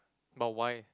but why